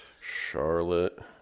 Charlotte